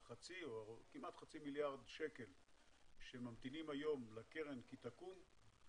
החצי או כמעט חצי מיליארד שקל שממתינים היום לקרן כי תקום,